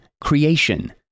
creation